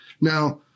Now